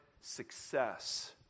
success